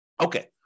Okay